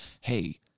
hey